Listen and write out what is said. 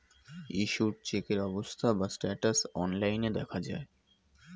issued চেকের অবস্থা বা স্ট্যাটাস অনলাইন দেখা যায়